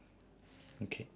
okay